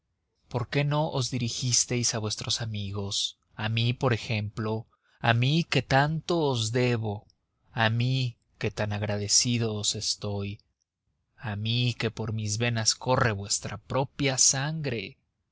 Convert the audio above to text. por qué no os dirigisteis a vuestros amigos a mí por ejemplo a mí que tanto os debo a mí que tan agradecido os estoy a mí que por mis venas corre vuestra propia sangre